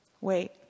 wait